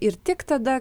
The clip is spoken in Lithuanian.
ir tik tada